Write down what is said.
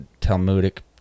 Talmudic